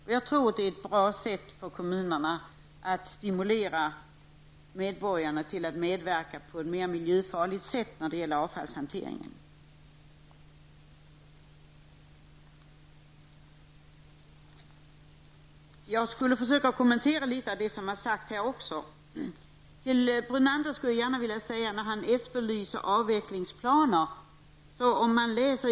Det tror jag är ett bra sätt för kommunerna att stimulera medborgarna till att medverka till en bra avfallshantering. Låt mig vidare något kommentera det som har sagts i debatten. Lennart Brunander efterlyser avvecklingsplaner.